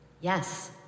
Yes